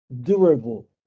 durable